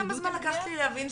כמה זמן לקח לי להבין,